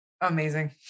amazing